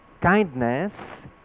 Kindness